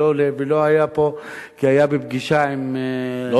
והוא לא היה פה כי היה בפגישה עם שרת החוץ,